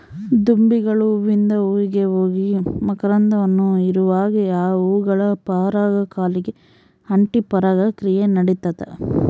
ದುಂಬಿಗಳು ಹೂವಿಂದ ಹೂವಿಗೆ ಹೋಗಿ ಮಕರಂದವನ್ನು ಹೀರುವಾಗೆ ಆ ಹೂಗಳ ಪರಾಗ ಕಾಲಿಗೆ ಅಂಟಿ ಪರಾಗ ಕ್ರಿಯೆ ನಡಿತದ